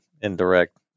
indirect